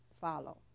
follow